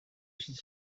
should